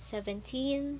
Seventeen